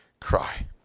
cry